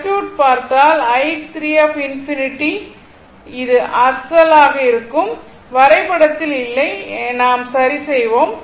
circuit பார்த்தால் i3∞ என்பது இந்த 25 Ω குறுக்கே உள்ள இந்த 2 ஆக இருக்கும் இது அசல் வரைபடத்தில் இல்லை என்று நாம் சரி செய்தோம்